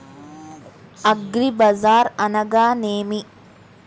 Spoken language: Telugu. అగ్రిబజార్ అనగా నేమి?